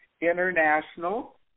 International